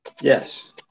Yes